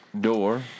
door